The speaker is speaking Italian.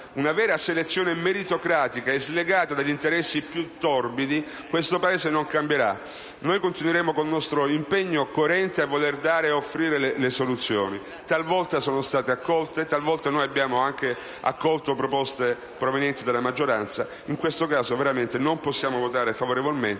una vera selezione meritocratica e slegata dagli interessi più torbidi, questo Paese non cambierà. Noi continueremo, con il nostro impegno coerente, a voler offrire soluzioni, che talvolta sono state accolte, come talvolta noi abbiamo accolto proposte provenienti dalla maggioranza ma in questo caso veramente non possiamo votare favorevolmente.